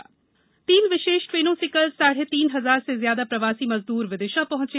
Vidisha train तीन विशेष ट्रेनों से कल साढ़े तीन हजार से ज्यादा प्रवासी मजदूर विदिशा पहंचे